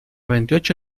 veintiocho